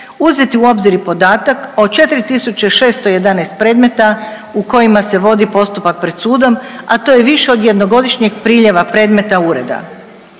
uzeti u obzir i podatak od 4 tisuće 611 predmeta u kojima se vodi postupak pred sudom, a to je više od jednogodišnjeg priljeva predmeta ureda.